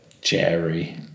Jerry